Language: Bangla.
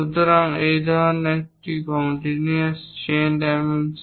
সুতরাং এগুলি এক ধরণের কন্টিনিউয়াস চেইন ডাইমেনশন